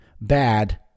bad